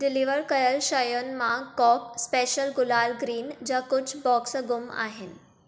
deliver कयलु शयुनि मां कॉक स्पेशल गुलाल ग्रीन जा कुझु बॉक्स ग़ुम आहिनि